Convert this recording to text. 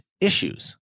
issues